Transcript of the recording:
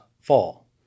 fall